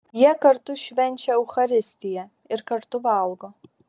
jie kartu švenčia eucharistiją ir kartu valgo